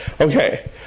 Okay